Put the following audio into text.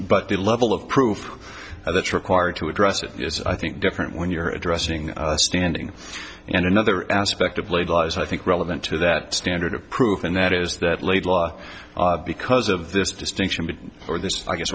but the level of proof that's required to address it yes i think different when you're addressing standing and another aspect of labor laws i think relevant to that standard of proof and that is that laidlaw because of this distinction between for this i guess